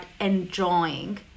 enjoying